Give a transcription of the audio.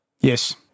Yes